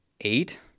eight